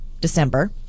December